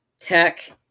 Tech